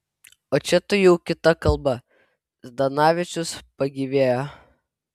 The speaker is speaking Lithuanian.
o čia tai jau kita kalba zdanavičius pagyvėjo